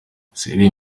israel